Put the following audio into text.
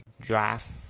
draft